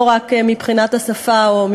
לא רק מבחינת השפה או